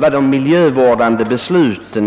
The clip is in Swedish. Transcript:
för miljövårdsbesluten.